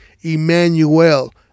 Emmanuel